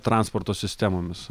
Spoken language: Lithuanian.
transporto sistemomis